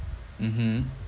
mmhmm